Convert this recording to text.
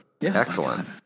Excellent